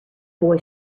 boy